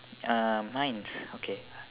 uh mine's okay